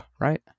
Right